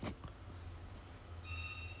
don't know 现在找不找得到 leh